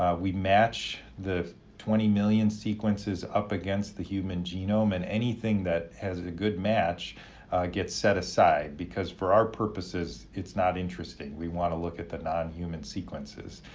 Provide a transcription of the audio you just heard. ah we match the twenty million sequences up against the human genome and anything that has a good match gets set aside because for our purposes, it's not interesting, we wanna look at the nonhuman sequences.